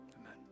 Amen